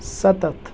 سَتتھ